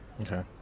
Okay